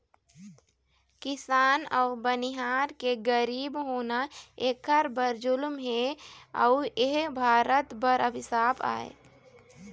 किसान अउ बनिहार के गरीब होना एखर बर जुलुम हे अउ एह भारत बर अभिसाप आय